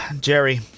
Jerry